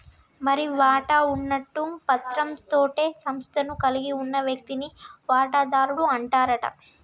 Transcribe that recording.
మరి వాటా ఉన్నట్టు పత్రం తోటే సంస్థను కలిగి ఉన్న వ్యక్తిని వాటాదారుడు అంటారట